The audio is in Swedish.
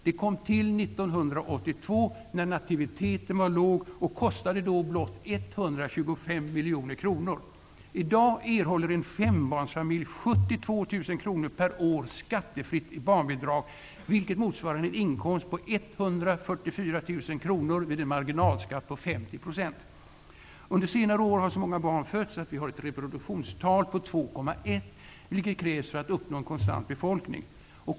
Det kom till l982, när nativiteten var låg, och kostade då blott l25 Under senare år har så många barn fötts att vi har ett reproduktionstal på 2,1, vilket krävs för att uppnå en konstant befolkning.